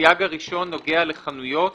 הסייג הראשון נוגע לחנויות